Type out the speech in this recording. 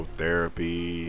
therapy